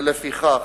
ולפיכך,